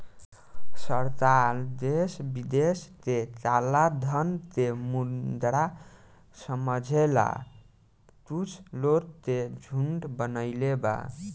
सरकार देश विदेश के कलाधन के मुद्दा समझेला कुछ लोग के झुंड बनईले बा